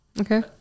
Okay